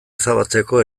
ezabatzeko